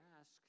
ask